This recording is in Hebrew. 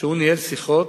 שהוא ניהל שיחות,